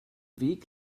weg